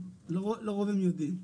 לרוב הם יודעים.